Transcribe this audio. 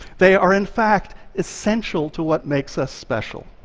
they are in fact essential to what makes us special.